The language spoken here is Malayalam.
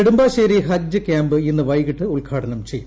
നെടുമ്പാശ്ശേരി ഹജ്ജ് ക്യാമ്പ് ഇന്ന് വൈകിട്ട് ഉദ്ഘാ ടനം ചെയ്യും